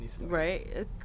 right